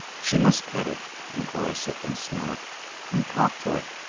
she must pet it and caress it and smell it and talk to it,